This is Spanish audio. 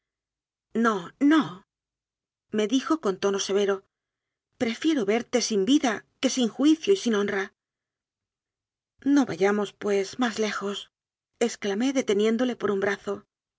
américa no nome dijo con tono severo prefiero verte sin vida que sin juicio y sin hon ra no vayamos pues más lejosexclamé de teniéndole por un brazo